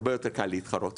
הרבה יותר קל להתחרות.